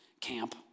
camp